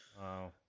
Wow